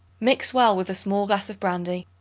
mix well with a small glass of brandy.